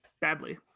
badly